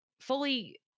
fully